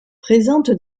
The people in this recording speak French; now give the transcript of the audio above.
présente